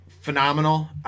phenomenal